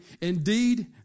indeed